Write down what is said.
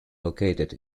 located